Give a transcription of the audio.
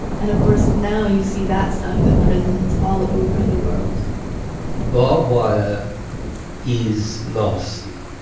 and of course now you see that stuff at prisons all over the world barbed wire is nasty.